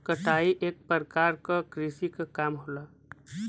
कटाई एक परकार क कृषि क काम होला